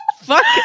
fuck